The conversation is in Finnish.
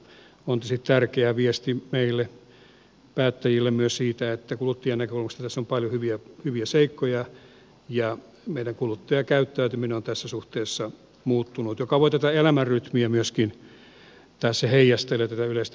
se on tietysti tärkeä viesti meille päättäjille myös siitä että kuluttajan näkökulmasta tässä on paljon hyviä seikkoja ja meidän kuluttajakäyttäytyminen on tässä suhteessa muuttunut mikä voi tätä elämänrytmiä myöskin tässä heijastella tätä yleistä elämänrytmiä